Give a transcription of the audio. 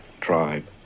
tribe